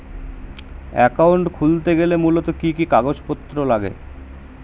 Account খুলতে গেলে মূলত কি কি কাগজপত্র লাগে?